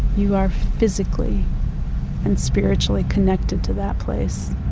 you are physically and spiritua lly connected to that place.